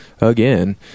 again